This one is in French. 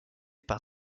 par